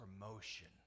promotion